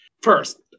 First